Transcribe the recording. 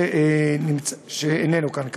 שאיננו כאן.